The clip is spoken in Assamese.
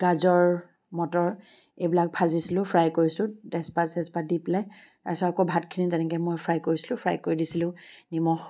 গাজৰ মটৰ এইবিলাক ভাজিছিলোঁ ফ্ৰাই কৰিছিলোঁ তেজপাত চেজপাত দি পেলাই তাৰ পিছত ভাতখিনি তেনেকৈ মই ফ্ৰাই কৰিছিলোঁ ফ্ৰাই কৰি দিছিলোঁ নিমখ